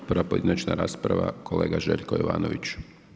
Prva pojedinačna rasprava, kolega Željko Jovanović.